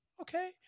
okay